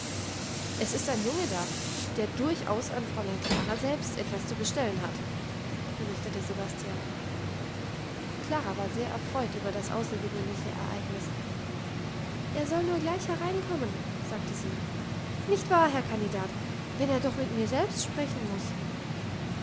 es ist ein junge da der durchaus an fräulein klara selbst etwas zu bestellen hat berichtete sebastian klara war sehr erfreut über das außergewöhnliche ereignis er soll nur gleich hereinkommen sagte sie nicht wahr herr kandidat wenn er doch mit mir selbst sprechen muss